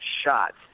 shots